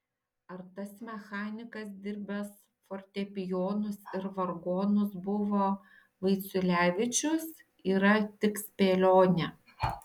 ar tas mechanikas dirbęs fortepijonus ir vargonus buvo vaiciulevičius yra tik spėlionė